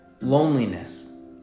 loneliness